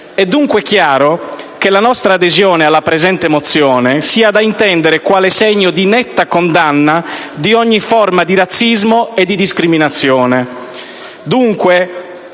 È dunque chiaro che la nostra adesione alla presente mozione sia da intendere quale segno di netta condanna di ogni forma di razzismo e di discriminazione,